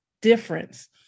difference